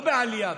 לא בעלייה,